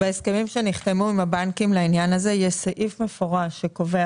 בהסכמים שנחתמו עם הבנקים לעניין הזה יש סעיף מפורש שקובע